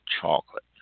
chocolate